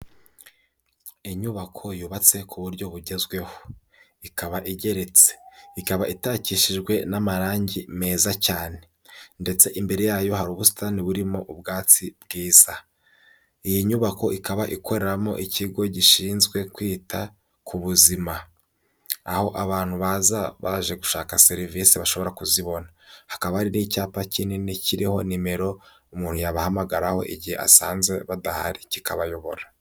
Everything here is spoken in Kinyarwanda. Inyubako yubatse ku buryo bugezweho, ikaba igeretse, ikaba itakishijwe n'amarangi meza cyane ndetse imbere yayo hari ubusitani burimo ubwatsi bwiza, iyi nyubako ikaba ikoreramo ikigo gishinzwe kwita ku buzima, aho abantu baza baje gushaka serivisi bashobora kuzibona, hakaba hari n'icyapa kinini kiriho nimero umuntu yabahamagaraho, igihe asanze badahari kikabayobora.